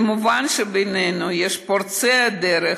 ומובן שבינינו יש פורצי הדרך,